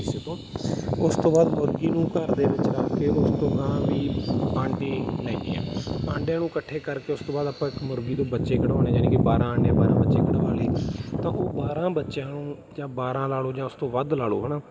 ਕਿਸੇ ਤੋਂ ਉਸ ਤੋਂ ਬਾਅਦ ਮੁਰਗੀ ਨੂੰ ਘਰ ਦੇ ਵਿੱਚ ਰੱਖ ਕੇ ਉਹ ਉਸ ਤੋਂ ਗਾਹਾਂ ਵੀ ਆਂਡੇ ਲੈਂਦੇ ਹਾਂ ਆਂਡਿਆਂ ਨੂੰ ਇਕੱਠੇ ਕਰਕੇ ਉਸ ਤੋਂ ਬਾਅਦ ਆਪਾਂ ਇੱਕ ਮੁਰਗੀ ਦੇ ਬੱਚੇ ਕਢਵਾਉਂਦੇ ਹਾਂ ਜਾਣੀ ਕਿ ਬਾਰ੍ਹਾਂ ਆਂਡੇ ਬਾਰ੍ਹਾਂ ਬੱਚੇ ਕਢਵਾ ਲਏ ਤਾਂ ਉਹ ਬਾਰ੍ਹਾਂ ਬੱਚਿਆਂ ਨੂੰ ਜਾਂ ਬਾਰ੍ਹਾਂ ਲਾ ਲਓ ਜਾਂ ਉਸ ਤੋਂ ਵੱਧ ਲਾ ਲਓ ਹੈ ਨਾ